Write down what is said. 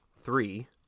Three